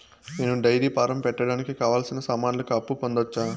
నేను dairy farm పెట్టడానికి కావాల్సిన సామాన్లకు అప్పు పొందొచ్చా?